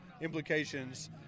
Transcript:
implications